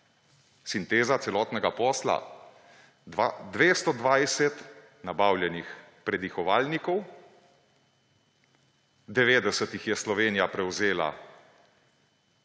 Sinteza celotnega posla? 220 nabavljenih predihovalnikov, 90 jih je Slovenija prevzela,